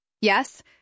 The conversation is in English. Yes